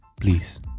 please